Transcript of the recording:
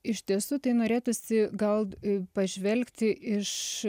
iš tiesų tai norėtųsi gal pažvelgti iš